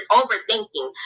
overthinking